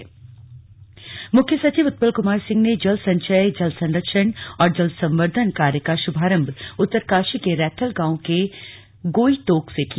मुख्य सचिव शुभारंभ मुख्य सचिव उत्पल कुमार सिंह ने जल संचय जल संरक्षण और जल संवर्द्धन कार्य का शुभारंभ उत्तरकाषी के रैथल गांव के तोक गोई से किया